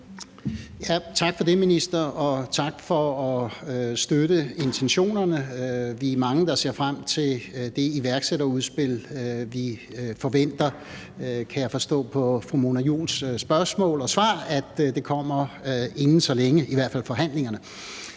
Tak for det, minister. Og tak for at støtte intentionerne. Vi er mange, der ser frem til det iværksætterudspil, vi forventer – og jeg kan forstå af svaret på fru Mona Juuls spørgsmål, at det kommer inden så længe, i hvert fald forhandlingerne